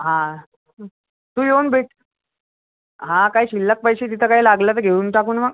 हा तू येऊन भेट हा काही शिल्लक पैसे तिथं काही लागलं तर घेऊन टाकू ना मग